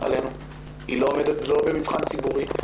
עלינו ולא עומדת במבחן ציבורי,